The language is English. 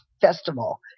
festival